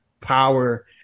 Power